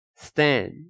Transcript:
Stand